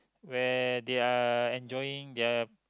where they're enjoying their